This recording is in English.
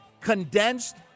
condensed